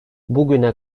bugüne